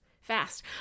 fast